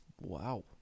Wow